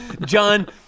John